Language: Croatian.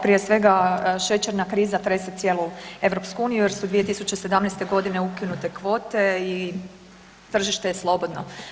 Prije svega, šećerna kriza trese cijelu EU jer su 2017. ukinute kvote i tržište je slobodno.